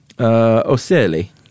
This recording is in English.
Ocelli